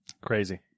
Crazy